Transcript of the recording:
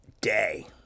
day